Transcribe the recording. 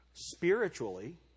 spiritually